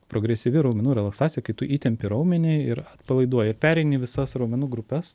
progresyvi raumenų relaksacija kitu įtempi raumenį ir atpalaiduoji ir pereini visas raumenų grupes